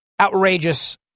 outrageous